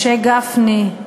משה גפני,